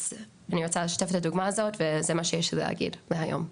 אז רציתי לשתף את הדוגמה הזו וזה מה שיש לי להגיד להיום.